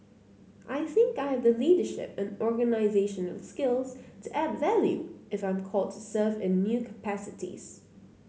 I think I have the leadership and organisational skills to add value if I'm called to serve in new capacities